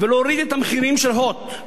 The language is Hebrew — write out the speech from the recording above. ולהוריד את המחירים של "הוט"